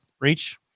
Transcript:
Reach